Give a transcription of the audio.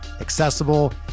accessible